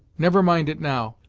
never mind it now.